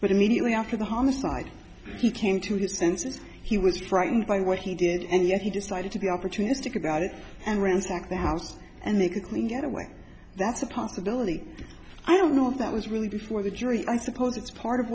but immediately after the homicide he came to his senses he was frightened by what he did and yet he decided to be opportunistic about it and ransacked the house and make a clean getaway that's a possibility i don't know if that was really before the jury i suppose that's part of